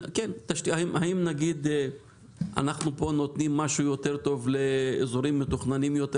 האם אנחנו נותנים משהו יותר טוב לאזורים מתוכננים יותר,